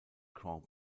grand